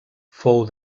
fou